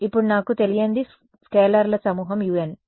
ఇప్పుడు నాకు తెలియనిది స్కేలర్ల సమూహం un